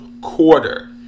quarter